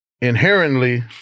inherently